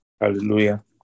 Hallelujah